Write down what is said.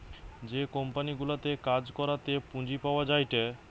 যে কোম্পানি গুলাতে কাজ করাতে পুঁজি পাওয়া যায়টে